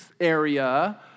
area